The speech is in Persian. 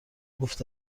گفت